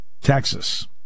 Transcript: Texas